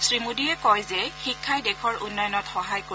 শ্ৰীমোদীয়ে কয় যে শিক্ষাই দেশৰ উন্নয়নত সহায় কৰিব